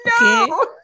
No